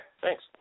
thanks